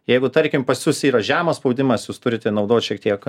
jeigu tarkim pas jus yra žemas spaudimas jūs turite naudot šiek tiek